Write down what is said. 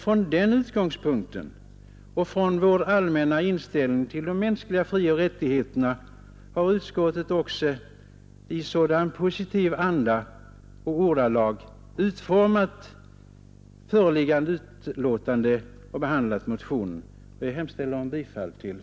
Från den utgångspunkten och med utgångspunkt från vår allmänna inställning till de mänskliga frioch rättigheterna har utskottet också i positiv anda och i positiva ordalag behandlat motionen och utformat föreliggande utlåtande. Herr talman! Jag yrkar bifall till utskottets hemställan.